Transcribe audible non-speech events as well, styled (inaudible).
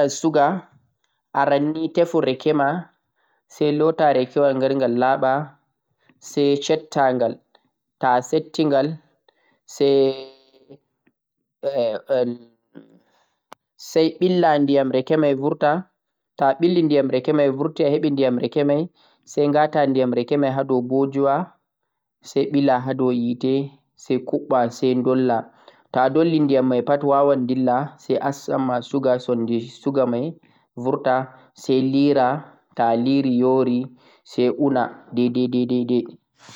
Ta'ayiɗe awaɗa suga, arannii tefu reke sai lotangal sai kuma shettangal. Ta'a settingal (hesitation) sai ɓella ndiyam reke mai vurta sai ndolla ndiyam reke mai hado yeete. Ta'a dolli ndiyam mai pat wawan dilla sai woran ma chundi suga mai sai leraa yoora sai una